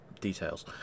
details